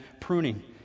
pruning